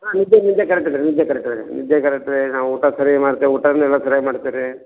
ಹಾಂ ನಿದ್ದೆ ನಿದ್ದೆ ಕರಕ್ಟ್ ಅದ ರೀ ನಿದ್ದೆ ಕರಕ್ಟ್ ಅದ ರೀ ನಿದ್ದೆ ಕರಕ್ಟ್ ಅದೆ ನಾವು ಊಟ ಸರಿ ಮಾಡ್ತೆವೆ ಊಟನೆಲ್ಲ ಸರ್ಯಾಗಿ ಮಾಡ್ತೇವೆ ರೀ